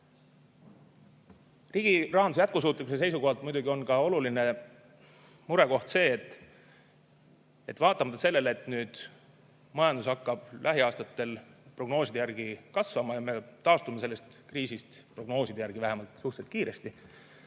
Riigi rahanduse jätkusuutlikkuse seisukohalt on muidugi oluline murekoht ka see, et vaatamata sellele, et majandus hakkab lähiaastatel prognooside järgi kasvama ja me taastume sellest kriisist – prognooside järgi vähemalt – suhteliselt kiiresti,